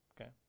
Okay